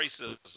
racism